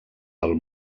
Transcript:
del